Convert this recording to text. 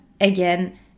again